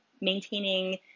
maintaining